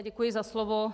Děkuji za slovo.